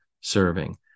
serving